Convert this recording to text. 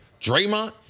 Draymond